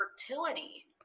fertility